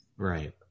Right